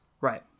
Right